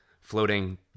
floating